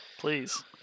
Please